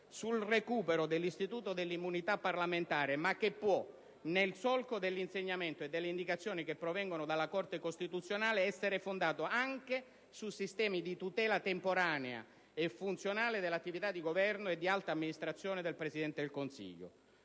sul recupero dell'istituto dell'immunità parlamentare, ma che può, nel solco dell'insegnamento e delle indicazioni che provengono dalla Corte costituzionale, essere fondato anche su sistemi di tutela temporanea e funzionale dell'attività di governo e di alta amministrazione del Presidente del Consiglio.